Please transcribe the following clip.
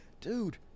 Dude